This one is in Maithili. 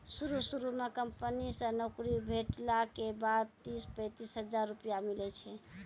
शुरू शुरू म कंपनी से नौकरी भेटला के बाद तीस पैंतीस हजार रुपिया मिलै छै